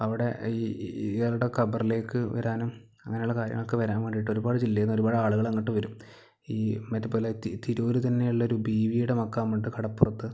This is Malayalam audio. അവിടെ ഈ ഇയാളുടെ ഖബറിലേക്ക് വരാനും അങ്ങനെയുള്ള കാര്യങ്ങളൊക്കെ വരാൻ വേണ്ടിയിട്ട് ഒരുപാട് ജില്ലയിൽ നിന്ന് ഒരുപാട് ആളുകള് അങ്ങോട്ട് വരും ഈ മറ്റേപോലെ തി തിരൂര് തന്നെയുള്ള ഒരു ബീവിയുടെ മക്കാമുണ്ട് കടപ്പുറത്ത്